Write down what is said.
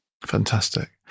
Fantastic